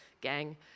gang